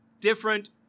different